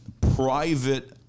private